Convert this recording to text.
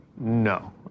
No